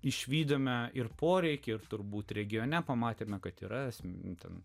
išvydome ir poreikį ir turbūt regione pamatėme kad įprasminti